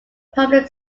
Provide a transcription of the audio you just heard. public